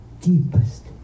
deepest